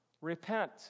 Repent